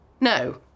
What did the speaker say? No